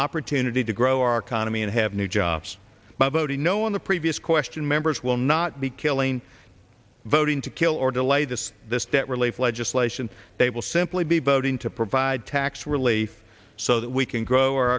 opportunity to grow our economy and have new jobs by voting no on the previous question members will not be killing voting to kill or delay this this debt relief legislation they will simply be voting to provide tax relief so that we can grow our